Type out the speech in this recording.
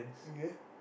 okay